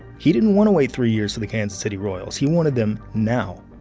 he didn't wanna wait three years for the kansas city royals. he wanted them now.